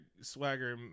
swagger